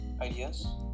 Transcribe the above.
ideas